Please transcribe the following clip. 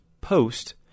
post